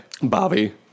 bobby